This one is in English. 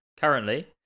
Currently